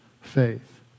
faith